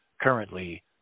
currently